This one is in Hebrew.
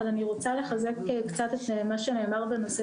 אבל אני רוצה לחזק קצת את מה שנאמר בנושא